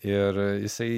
ir jisai